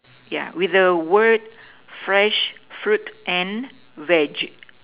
yeah with the word fresh fruit and veg